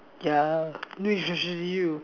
yeah this is usually you